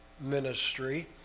ministry